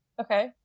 Okay